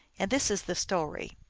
and this is the story.